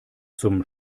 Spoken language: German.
zum